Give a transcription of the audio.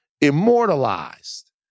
immortalized